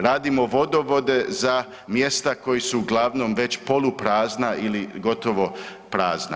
Radimo vodovode za mjesta koja su uglavnom već poluprazna ili gotovo prazna.